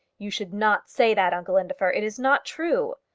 you should not say that, uncle indefer. it is not true.